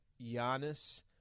Giannis